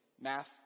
Math